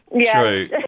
True